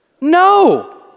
No